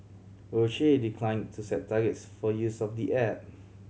Roche declined to set targets for use of the app